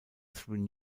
through